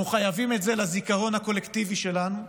אנחנו חייבים את זה לזיכרון הקולקטיבי שלנו,